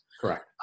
Correct